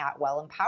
wellempowered